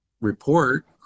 report